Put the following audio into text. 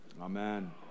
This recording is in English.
Amen